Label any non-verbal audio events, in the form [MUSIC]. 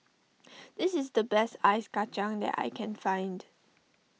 [NOISE] this is the best Ice Kacang that I can find